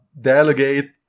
delegate